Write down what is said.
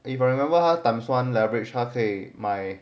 if you remember 他 times one leverage 他可以买